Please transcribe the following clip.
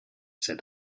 said